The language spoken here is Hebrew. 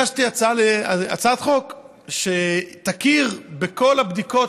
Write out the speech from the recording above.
הגשתי הצעת חוק שתכיר בכל הבדיקות